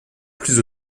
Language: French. plus